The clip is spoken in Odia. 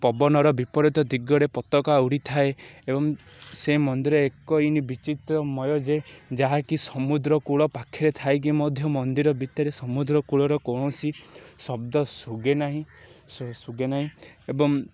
ପବନର ବିପରୀତ ଦିଗରେ ପତକା ଉଡ଼ିଥାଏ ଏବଂ ସେ ମନ୍ଦିରରେ ଏକ ଇନ ବିଚିତ୍ରମୟ ଯେ ଯାହାକି ସମୁଦ୍ରକୂଳ ପାଖରେ ଥାଇକି ମଧ୍ୟ ମନ୍ଦିର ଭିତରେ ସମୁଦ୍ରକୂଳର କୌଣସି ଶବ୍ଦ ଶୁଭେ ନାହିଁ ଶୁଭେ ନାହିଁ ଏବଂ